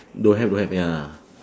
don't have don't have ya